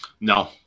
No